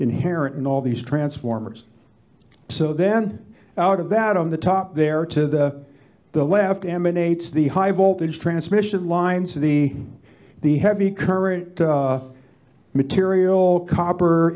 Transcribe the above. inherent in all these transformers so then out of that on the top there to the left emanates the high voltage transmission lines of the the heavy current material copper